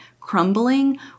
crumbling